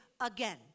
again